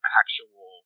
actual